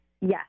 Yes